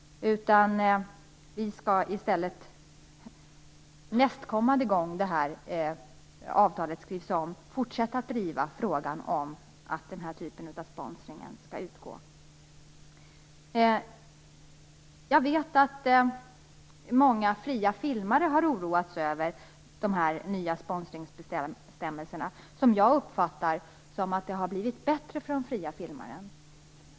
Vi skall i stället nästkommande gång som det här avtalet skrivs om fortsätta att driva frågan om att den här typen av sponsring skall utgå. Jag vet att många fria filmare har oroats över de nya sponsringsbestämmelserna. Jag uppfattar att det har blivit bättre för de fria filmarna.